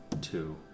two